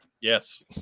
Yes